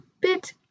bit